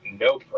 no